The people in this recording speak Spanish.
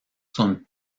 son